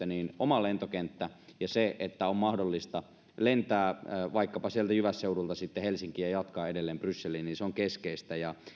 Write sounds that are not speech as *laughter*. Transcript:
*unintelligible* niin oma lentokenttä ja se että on mahdollista lentää vaikkapa sieltä jyvässeudulta helsinkiin ja jatkaa edelleen brysseliin on keskeistä